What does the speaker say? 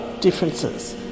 differences